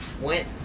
Went